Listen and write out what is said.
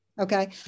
Okay